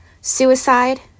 suicide